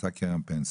עשה קרן פנסיה,